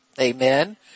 Amen